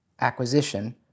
acquisition